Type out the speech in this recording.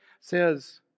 says